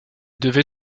devait